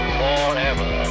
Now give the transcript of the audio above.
forever